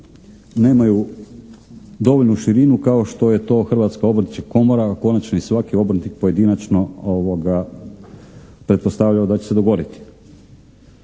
nemaju dovoljnu širinu kao što je to Hrvatska obrtnička komora, konačno i svaki obrtnik pojedinačno pretpostavljao da će se dogoditi.